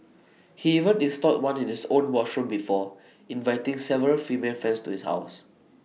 he even installed one in his own washroom before inviting several female friends to his ours